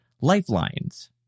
lifelines